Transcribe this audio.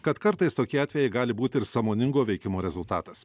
kad kartais tokie atvejai gali būti ir sąmoningo veikimo rezultatas